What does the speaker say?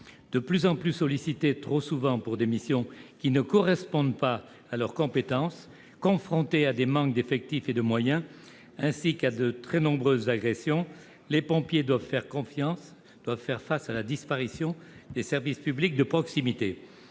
De plus en plus sollicités et trop souvent pour des missions qui ne correspondent pas à leurs compétences, confrontés à des manques d'effectifs et de moyens, ainsi qu'à de très nombreuses agressions, les pompiers doivent faire face à la disparition des services publics de proximité.